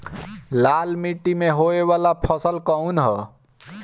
लाल मीट्टी में होए वाला फसल कउन ह?